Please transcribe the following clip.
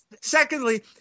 secondly